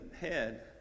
head